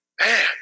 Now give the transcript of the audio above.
Man